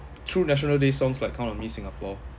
through national day songs like count on me singapore